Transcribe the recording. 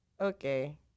Okay